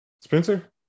Spencer